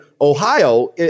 Ohio